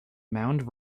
mound